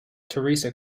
theresa